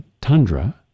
tundra